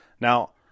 Now